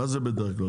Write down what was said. מה זה בדרך כלל?